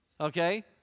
okay